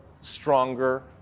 stronger